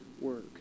work